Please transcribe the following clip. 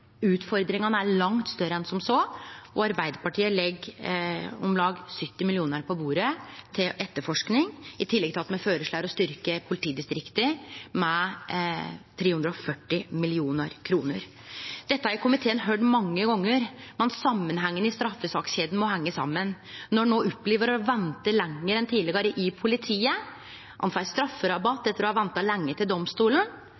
Utfordringane er langt større enn som så, og Arbeidarpartiet legg om lag 70 mill. kr på bordet til etterforsking, i tillegg til at me føreslår å styrkje politidistrikta med 340 mill. kr. Dette har komiteen høyrt mange gonger, men samanhengen i straffesakskjeda må hengje saman. Når ein no opplever å vente lenger enn tidlegare i politiet,